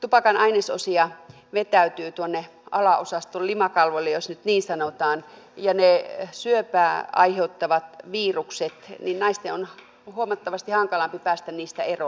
tupakan ainesosia vetäytyy tuonne alaosaston limakalvoille jos nyt niin sanotaan ja niistä syöpää aiheuttavista viruksista naisten on huomattavasti hankalampi päästä eroon